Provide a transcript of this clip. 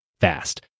fast